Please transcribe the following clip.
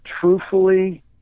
truthfully